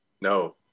no